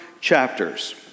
chapters